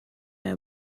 know